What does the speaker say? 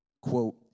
quote